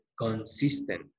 consistent